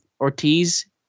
Ortiz